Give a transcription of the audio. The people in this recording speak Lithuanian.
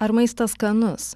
ar maistas skanus